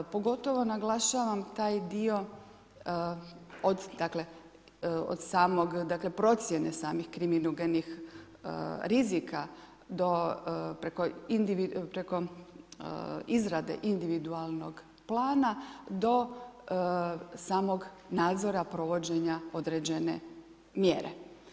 Pogotovo naglašavam taj dio od dakle od procjene samih kriminogenih rizika do preko izrade individualnog plana do samog nadzora provođenja određene mjere.